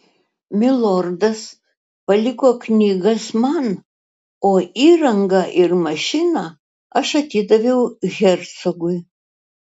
milordas paliko knygas man o įrangą ir mašiną aš atidaviau hercogui